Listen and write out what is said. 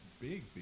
Big